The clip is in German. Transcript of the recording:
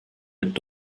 mit